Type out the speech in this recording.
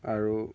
আৰু